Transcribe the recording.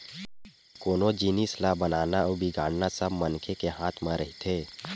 कोनो जिनिस ल बनाना अउ बिगाड़ना सब मनखे के हाथ म रहिथे